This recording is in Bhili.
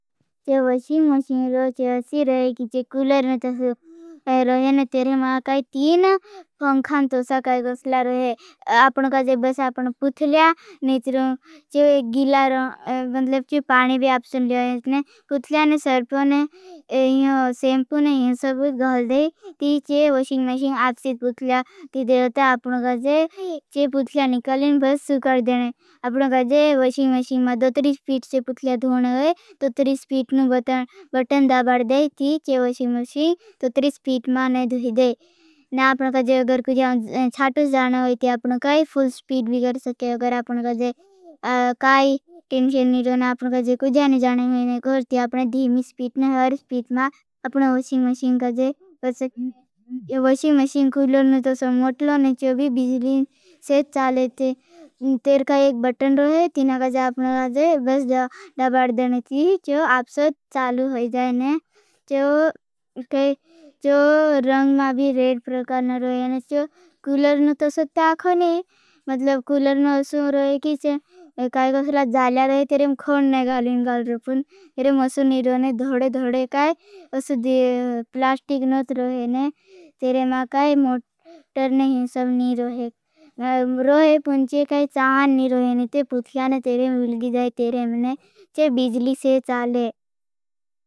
ये वाशिंग मशीन रोचे ऐसी रहेगी। चेक कूलर तो रहे ना तेरे में का है। तीन पंखा तो सख्त गुस्सा रहे। अपने काजे, बस अपने बोले ने चिरगिल्ला। राम मतलब कि पानी भी आपन पुलिया ने सर पर ना हियां शैंपू नही सब घाल दे दी। चाह वाशिंग मशीन आपस पुलिया तो देता। अपने काजे की पुलिया निकाल कर बस सुखा लेने। अपने काजे वाशिंग मशीन में तो त्रिस पिट। जो पुलिया तो हरे तो त्रिस पिट को बटन बटन दबा दे। टीच वाशिंग मशीन तो त्रिस पिट मान धोने वाले कहेंगे। छांट जान हो तो अपने का फुल स्पीड भी कर सके। अगर अपने का जे काही टेंशन नीरो ना अपने काजे खुदा ने जान हो ना करती। अपने धीमी स्पीड ने हर स्पीड मा अपुन वाशिंग मशीन का जे कर सके। तो वाशिंग मशीन खुला तो मोटर बिजली से चले थे। एक बटन रहे तो ना तो अपने आप बस । दबान से आप सब चालू हो जाए ना। ये कोई तो रंग मे भी रेड प्रकार का नही होता। कूलर का स्वतः खुद ही मतलब कूलर नहीं। तो सब काखनी मतलब कूलर ना रहे। कि चेक का सिलैड डालिया रहे तिरेम खून। ने घाली घास रोपुन तेरे मसूद नीरो ने धोड़े धोड़ का सुद्दे प्लास्टिक नच रोहिनी तेरे मा का है। मोटर नही सब नही। रहे लिए कहे चाह नही रहेने तेरे मिलगी जाए। तेरे ने जो बिजली से चाले।